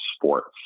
Sports